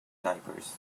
diapers